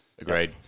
agreed